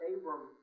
Abram